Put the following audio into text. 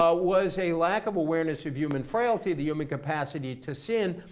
ah was a lack of awareness of human frailty, the human capacity to sin.